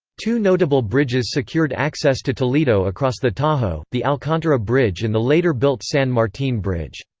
two notable bridges secured access to toledo across the tajo, the alcantara bridge and the later built san martin bridge.